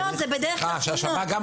לפיקוח.